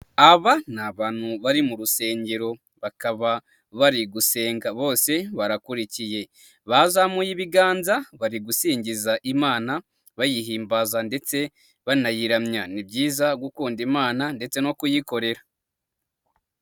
Aba ni abantu bari mu rusengero, bakaba bari gusenga bose barakurikiye, bazamuye ibiganza, bari gusingiza imana, bayihimbaza ndetse banayiramya. Ni byiza gukunda imana ndetse no kuyikorera.